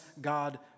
God